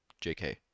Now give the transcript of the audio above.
JK